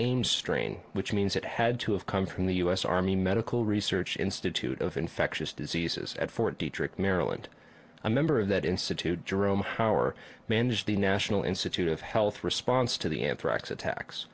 ames strain which means it had to have come from the u s army medical research institute of infectious diseases at fort dietrich maryland a member of that institute jerome hauer manage the national institute of health response to the anthrax attacks